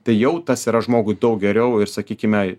tai jau tas yra žmogui daug geriau ir sakykime